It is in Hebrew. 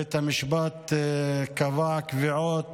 בית המשפט קבע קביעות